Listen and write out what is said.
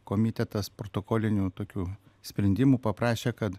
komitetas protokoliniu tokiu sprendimu paprašė kad